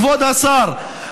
כבוד השר,